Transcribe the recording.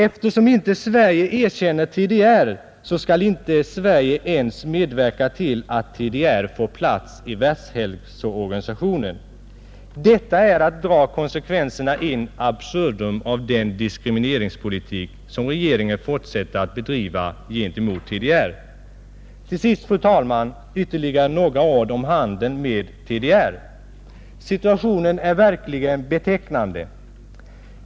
Eftersom inte Sverige erkänner TDR så skall alltså inte Sverige ens medverka till att TDR får plats i Världshälsoorganisationen. Detta är att dra konsekvenserna in absurdum av den diskrimineringspolitik som regeringen fortsätter att bedriva gentemot TDR. Till sist, fru talman, ytterligare några ord om handeln med TDR. Situationen är verkligen betecknande.